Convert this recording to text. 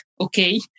okay